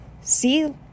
See